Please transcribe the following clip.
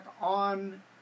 on